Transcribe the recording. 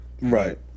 Right